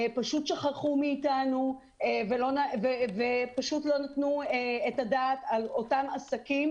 פשוט שכחו מאתנו ולא נתנו את הדעת על אותם עסקים,